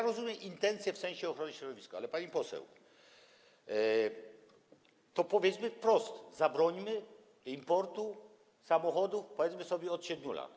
Rozumiem intencje w sensie ochrony środowiska, ale pani poseł, to powiedzmy wprost, zabrońmy importu samochodów mających powyżej 7 lat.